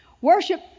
Worship